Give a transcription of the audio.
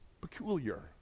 peculiar